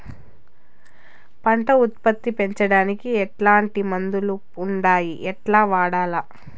పంట ఉత్పత్తి పెంచడానికి ఎట్లాంటి మందులు ఉండాయి ఎట్లా వాడల్ల?